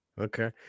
Okay